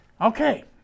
okay